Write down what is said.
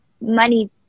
money